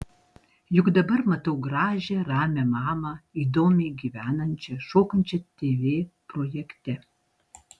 juk dabar matau gražią ramią mamą įdomiai gyvenančią šokančią tv projekte